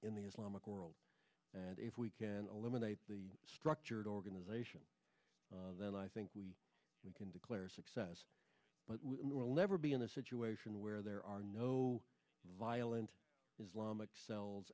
in the islamic world and if we can eliminate the structured organization then i think we we can declare success but will never be in a situation where there are no violent islamic cells